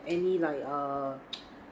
any like uh